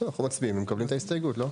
לא, אנחנו מצביעים ומקבלים את ההסתייגות, לא?